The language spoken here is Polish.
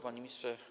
Panie Ministrze!